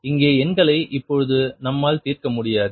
இங்கே எண்களை இப்பொழுது நம்மால் தீர்க்க முடியாது